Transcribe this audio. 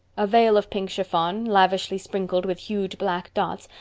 a veil of pink chiffon, lavishly sprinkled with huge black dots,